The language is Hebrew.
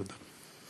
תודה.